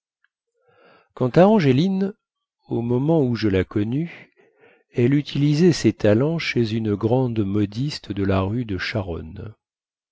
à angéline au moment où je la connus elle utilisait ses talents chez une grande modiste de la rue de charonne